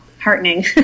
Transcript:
heartening